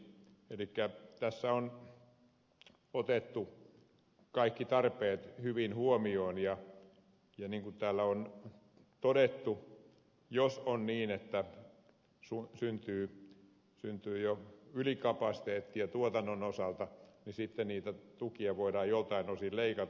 elikkä tässä on otettu kaikki tarpeet hyvin huomioon ja niin kuin täällä on todettu jos on niin että syntyy jo ylikapasiteettia tuotannon osalta sitten niitä tukia voidaan joiltain osin leikata